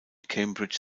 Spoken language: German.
cambridge